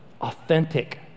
authentic